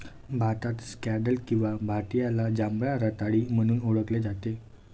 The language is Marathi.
भारतात स्कँडल किंवा भारतीयाला जांभळ्या रताळी म्हणून ओळखले जाते